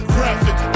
Graphic